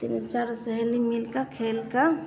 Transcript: तीनों चारों सहेली मिलकर खेल का